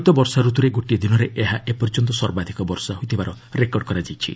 ଚଳିତ ବର୍ଷା ରତୁରେ ଗୋଟିଏ ଦିନରେ ଏହା ଏପର୍ଯ୍ୟନ୍ତ ସର୍ବାଧିକ ବର୍ଷା ହୋଇଥିବା ରେକର୍ଡ କରାଯାଇଛି